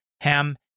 Ham